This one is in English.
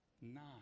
Nine